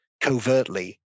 covertly